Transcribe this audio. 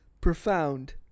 profound